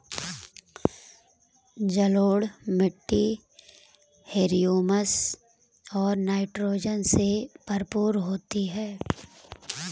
जलोढ़ मिट्टी हृयूमस और नाइट्रोजन से भरपूर होती है